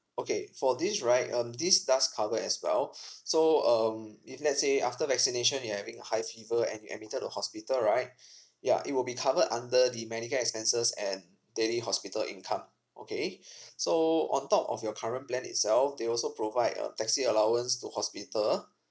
okay for this right um this does cover as well so um if let's say after vaccination you're having high fever and you admitted to hospital right ya it will be covered under the medical expenses and daily hospital income okay so on top of your current plan itself they also provide a taxi allowance to hospital